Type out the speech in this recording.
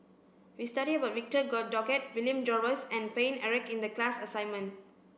we studied about Victor Doggett William Jervois and Paine Eric in the class assignment